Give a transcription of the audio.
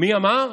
מי אמר?